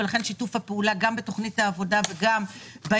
ולכן שיתוף הפעולה בתכנית העבודה ובייצוג